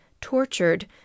tortured